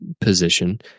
position